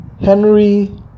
Henry